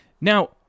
now